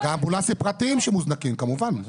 ואמבולנסים פרטיים שמוזנקים, כמובן.